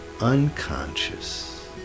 unconscious